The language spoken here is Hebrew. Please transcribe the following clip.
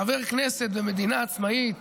חבר כנסת במדינה עצמאית,